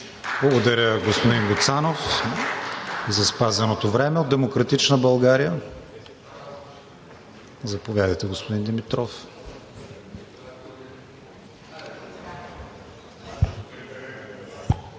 Благодаря, господин Гуцанов за спазеното време. От „Демократична България“ – заповядайте, господин Димитров.